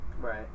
Right